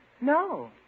No